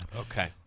Okay